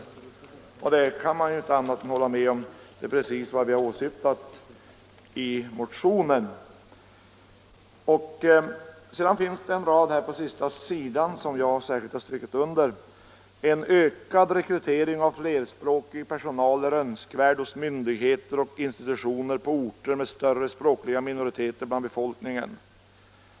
Det kan jag inte annat än hålla med om — det är precis vad vi åsyftat i motionen. På sista sidan i utskottsbetänkandet finns det ett par meningar som jag särskilt har strukit under: ”En ökad rekrytering av flerspråkig personal är önskvärd hos myndigheter och institutioner på orter med större språkliga minoriteter bland befolkningen.